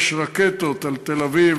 יש רקטות על תל-אביב,